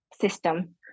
system